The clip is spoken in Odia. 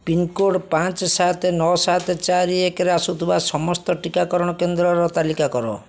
ପିନ୍କୋଡ଼ ପାଞ୍ଚ ସାତ ନଅ ସାତ ଚାରି ଏକରେ ଆସୁଥିବା ସମସ୍ତ ଟିକାକରଣ କେନ୍ଦ୍ରର ତାଲିକା କର